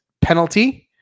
penalty